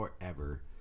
forever